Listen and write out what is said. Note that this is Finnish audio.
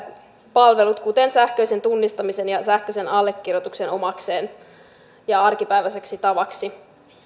palvelut kuten sähköisen tunnistamisen ja sähköisen allekirjoituksen omakseen ja arkipäiväiseksi tavaksi